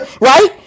right